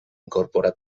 incorpora